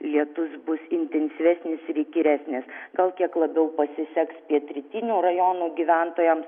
lietus bus intensyvesnis ir įkyresnis gal kiek labiau pasiseks pietrytinių rajonų gyventojams